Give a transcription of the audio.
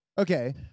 Okay